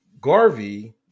garvey